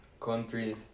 Country